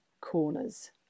corners